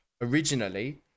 originally